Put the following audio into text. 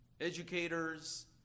educators